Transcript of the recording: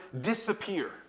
disappear